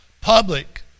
public